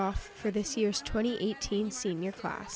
off for this year's twenty eighteen senior class